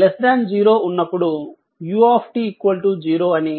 t 0 ఉన్నప్పుడు u 0 అని